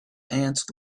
ants